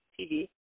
TV